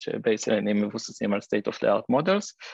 בעצם אני מבוססים על state-of-the-art models